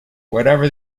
whatever